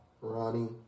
Ronnie